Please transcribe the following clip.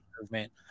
movement